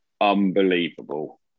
unbelievable